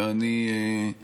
ואני גם